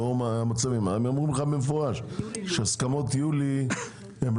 הם אומרים לך במפורש שהסכמות יולי לא